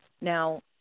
Now